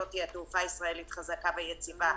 לא תהיה תעופה ישראלית חזקה ויציבה.